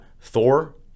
Thor